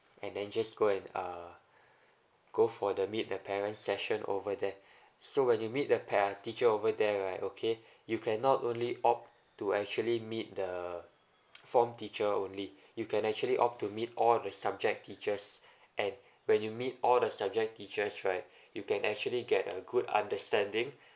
and then just go and uh go for the meet the parent session over there so when you meet the par~ teacher over there right okay you can not only opt to actually meet the form teacher only you can actually opt to meet all the subject teachers and when you meet all the subject teachers right you can actually get a good understanding